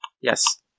Yes